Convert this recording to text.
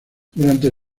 durante